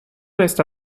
está